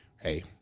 hey